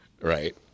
right